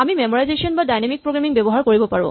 আমি মেমৰাইজেচন বা dynamic programming ব্যৱহাৰ কৰিব পাৰো